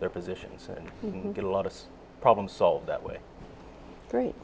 their positions and get a lot of problem solved that way great